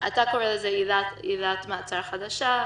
שאתה מכנה בשם עילת מעצר חדשה.